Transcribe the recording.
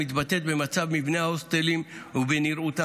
המתבטאת במצב מבני ההוסטלים ובנראותם.